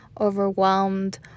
overwhelmed